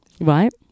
Right